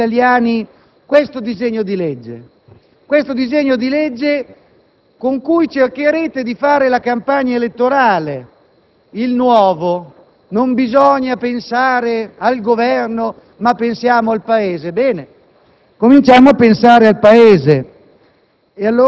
Dobbiamo quindi ricordare ai padani e agli italiani questo disegno di legge con cui cercherete di fare la campagna elettorale. Il nuovo sostiene che non bisogna pensare al Governo, ma al Paese: